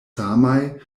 samaj